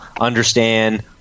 understand